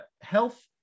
health